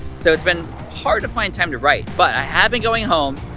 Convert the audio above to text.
so it's been hard to find time to write, but i have been going home,